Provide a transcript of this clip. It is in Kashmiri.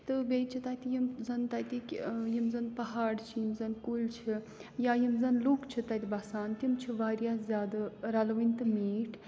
تہٕ بیٚیہِ چھِ تَتہِ یِم زَن تَتِکۍ یِم زَن پہاڑ چھِ یِم زَن کُلۍ چھِ یا یِم زَن لُکھ چھِ تَتہِ بَسان تِم چھِ واریاہ زیادٕ رَلوٕنۍ تہٕ میٖٹھۍ